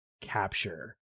capture